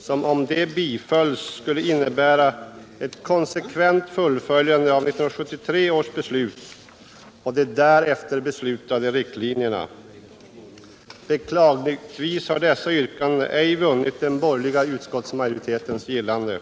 som om de bifölls skulle innebära ett konsekvent fullföljande av 1973 års beslut och de därefter beslutade riktlinjerna. Beklagligtvis har dessa yrkanden ej vunnit den borgerliga utskottsmajoritetens gillande.